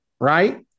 Right